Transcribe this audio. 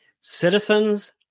Citizens